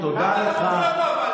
למה, של אבא שלכם.